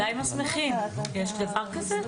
יש דבר כזה?